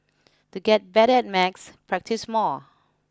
to get better at maths practise more